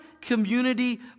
community